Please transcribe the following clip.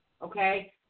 Okay